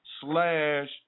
Slash